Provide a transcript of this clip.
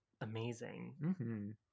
amazing